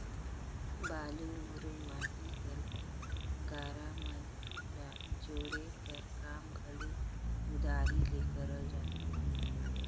बालू, मुरूम, माटी कर गारा मन ल जोड़े कर काम घलो कुदारी ले करल जाथे